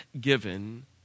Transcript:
given